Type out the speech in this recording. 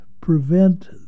prevent